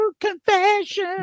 confession